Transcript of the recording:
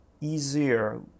easier